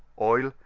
oil,